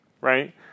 right